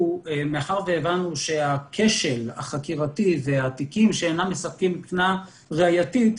מאחר שהבנו שהכשל החקירתי והתיקים שאינם מספקים תמונה ראייתית,